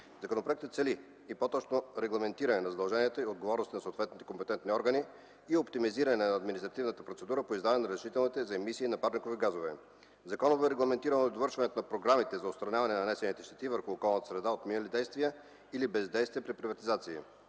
Законопроектът цели и по-точно регламентиране на задълженията и отговорностите на съответните компетентни органи и оптимизиране на административната процедура по издаване на разрешителните за емисии на парникови газове. Законово е регламентирано и довършването на програмите за отстраняване на нанесените щети върху околната среда от минали действия или бездействия при приватизация,